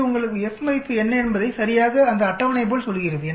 இது உங்களுக்கு F மதிப்பு என்ன என்பதை சரியாக அந்த அட்டவணை போல் சொல்கிறது